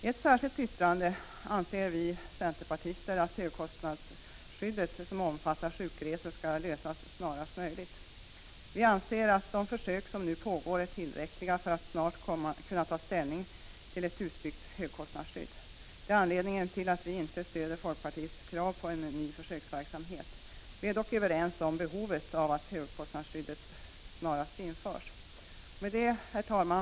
I ett särskilt yttrande anser vi centerpartister att frågan om högkostnadsskyddet när det gäller sjukresor skall lösas snarast möjligt. Vi anser att de försök som nu pågår är tillräckliga för att man snart skall kunna ta ställning till ett utbyggt högkostnadsskydd. Det är anledningen till att vi inte stöder folkpartiets krav på en ny försöksverksamhet. Vi instämmer dock i att högkostnadsskydd snarast behöver införs. Herr talman!